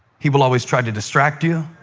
he will always try to distract you